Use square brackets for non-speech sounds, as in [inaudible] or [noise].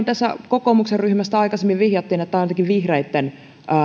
[unintelligible] tässä kokoomuksen ryhmästä aikaisemmin vihjattiin että tämä on jotenkin vihreitten